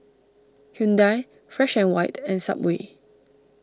Hyundai Fresh and White and Subway